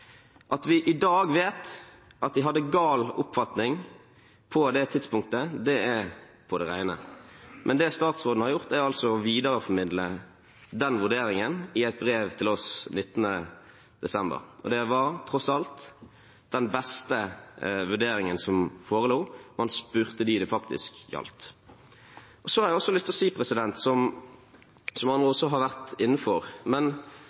på det tidspunktet, det er på det rene. Men det statsråden har gjort, er altså å videreformidle den vurderingen i et brev til oss 19. desember. Det var, tross alt, den beste vurderingen som forelå, man spurte dem det faktisk gjaldt. Så har jeg også lyst å si – som andre også har vært